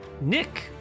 Nick